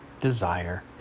desire